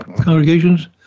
congregations